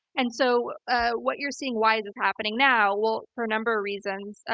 and so ah what you're seeing, why is this happening now? well, for a number of reasons.